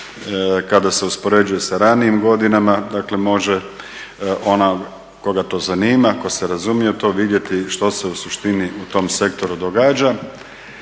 kada se uspoređuje sa ranijim godinama dakle može onaj koga to zanima, ko se razumije u to vidjeti što se u suštini u tom sektoru događa.